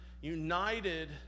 united